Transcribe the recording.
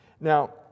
Now